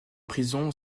prison